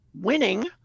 winning